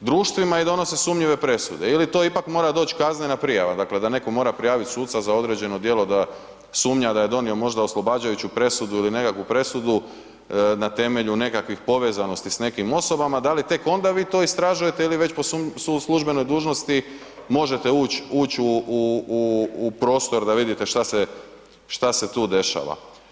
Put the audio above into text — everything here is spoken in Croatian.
društvima i donose sumnjive presude ili to ipak mora doć kaznena prijava, dakle da neko mora prijavit suca za određeno djelo da sumnja da je donio možda oslobađajuću presudu ili nekakvu presudu na temelju nekakvih povezanosti s nekim osobama, da li tek onda vi to istražujete ili već po službenoj dužnosti možete uć, uć u, u, u, u prostor da vidite šta se, šta se tu dešava.